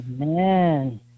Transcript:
Amen